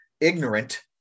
ignorant